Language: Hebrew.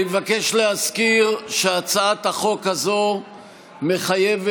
אני מבקש להזכיר שהצעת החוק הזאת מחייבת